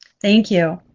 thank you.